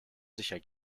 sicher